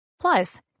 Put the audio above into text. Plus